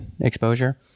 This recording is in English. exposure